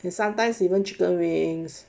and sometimes even chicken wings